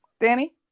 Danny